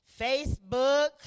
Facebook